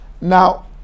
Now